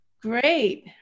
Great